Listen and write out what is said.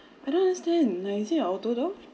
I don't understand no is it an auto door